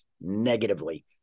negatively